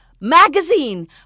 magazine